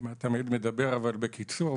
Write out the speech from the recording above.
כמעט תמיד אני מדבר אבל בקיצור.